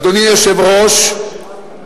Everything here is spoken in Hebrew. אדוני היושב-ראש,